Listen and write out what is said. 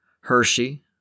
Hershey